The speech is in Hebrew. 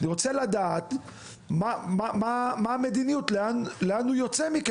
אני רוצה לדעת מה המדיניות, לאן הוא יוצא מכם.